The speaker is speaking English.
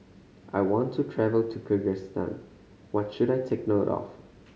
I want to travel to Kyrgyzstan what should I take note of